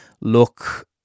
look